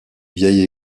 vieille